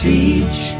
Teach